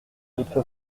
votre